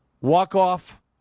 walk-off